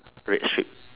red strip